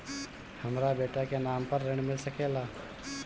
हमरा बेटा के नाम पर ऋण मिल सकेला?